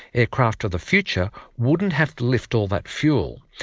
aircraft of the future wouldn't have to lift all that fuel.